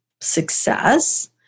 success